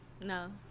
No